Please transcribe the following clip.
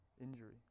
injury